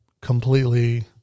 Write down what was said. completely